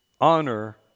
Honor